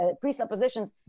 presuppositions